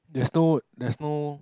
that's no that's no